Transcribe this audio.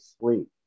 sleep